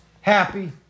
happy